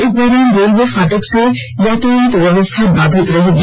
इस दौरान रेलवे फाटक से यातायात व्यवस्था बाधित रहेगी